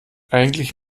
eigentlich